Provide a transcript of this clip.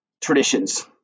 traditions